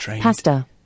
pasta